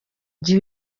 gihe